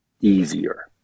easier